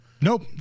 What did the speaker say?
Nope